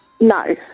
No